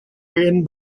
written